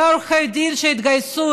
ועורכי הדין שהתגייסו,